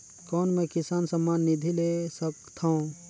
कौन मै किसान सम्मान निधि ले सकथौं?